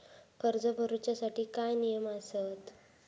कर्ज भरूच्या साठी काय नियम आसत?